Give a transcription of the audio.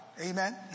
Amen